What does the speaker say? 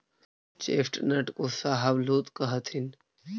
chestnut को शाहबलूत कहथीन